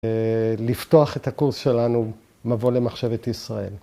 ‫לפתוח את הקורס שלנו ‫מבוא למחשבת ישראל.